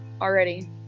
already